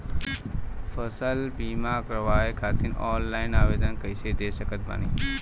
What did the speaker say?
फसल बीमा करवाए खातिर ऑनलाइन आवेदन कइसे दे सकत बानी?